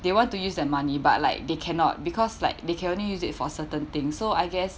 they want to use that money but like they cannot because like they can only use it for certain thing so I guess